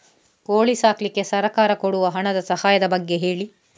ಕೋಳಿ ಸಾಕ್ಲಿಕ್ಕೆ ಸರ್ಕಾರ ಕೊಡುವ ಹಣದ ಸಹಾಯದ ಬಗ್ಗೆ ಹೇಳಿ